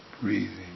breathing